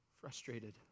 Frustrated